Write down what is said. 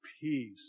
peace